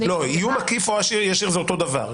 איום עקיף או ישיר זה אותו דבר.